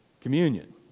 communion